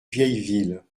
vieilleville